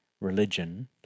religion